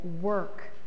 work